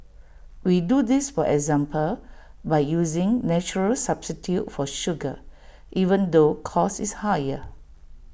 we do this for example by using natural substitute for sugar even though cost is higher